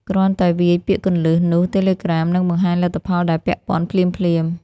គ្រាន់តែវាយពាក្យគន្លឹះ នោះ Telegram នឹងបង្ហាញលទ្ធផលដែលពាក់ព័ន្ធភ្លាមៗ។